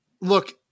look